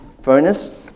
furnace